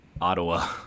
Ottawa